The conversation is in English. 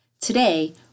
Today